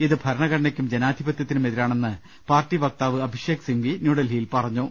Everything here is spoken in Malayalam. ഇത് ഭരണഘടനയ്ക്കും ജനാധിപത്യത്തിനും എതിരാണെന്ന് പാർട്ടി വക്താവ് അഭിഷേക് സിംഗ്വി ന്യൂഡൽഹിയിൽ മാധ്യമങ്ങളോട് പറഞ്ഞു